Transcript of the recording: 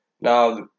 Now